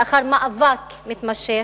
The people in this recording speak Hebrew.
לאחר מאבק מתמשך,